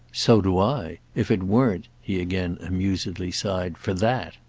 so do i. if it weren't, he again amusedly sighed, for that!